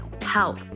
Help